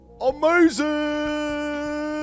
Amazing